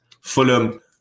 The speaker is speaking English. Fulham